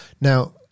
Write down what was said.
Now